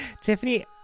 Tiffany